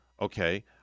Okay